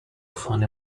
funny